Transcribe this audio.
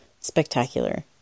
spectacular